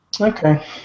Okay